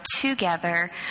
together